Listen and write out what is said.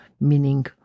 meaning